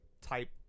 type